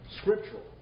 scriptural